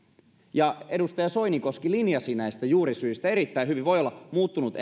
ja edustaja soinikoski linjasi näistä juurisyistä erittäin hyvin voi olla muuttunut